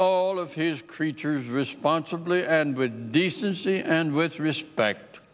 all of his creatures responsibly and with decency and with respect